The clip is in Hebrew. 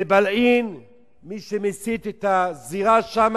בבילעין מי שמסית את הזירה שם